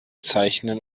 zeichnen